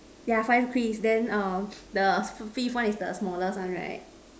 yeah five crease then err the fifth one is the smallest one right